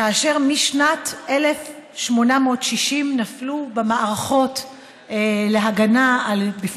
כאשר משנת 1860 נפלו במערכות להגנה על מדינת ישראל,